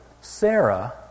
Sarah